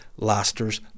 Lasters